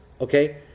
okay